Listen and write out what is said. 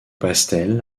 pastel